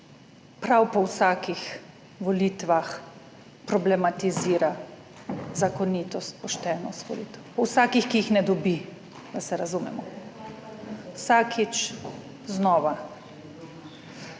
prav po vsakih volitvah problematizira zakonitost, poštenost volitev po vsakih, ki jih ne dobi, da se razumemo, vsakič znova,